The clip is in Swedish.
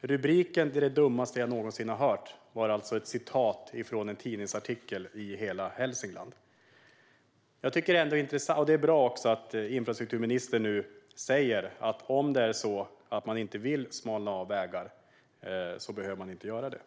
Rubriken "Det är det dummaste jag någonsin hört" var ett citat från en tidningsartikel i Hela Hälsingland. Det är bra att infrastrukturministern nu säger att om man inte vill göra vägar smalare behöver man inte göra det.